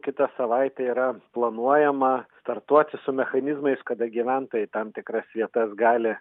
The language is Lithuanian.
kitą savaitę yra planuojama startuoti su mechanizmais kada gyventojai į tam tikras vietas gali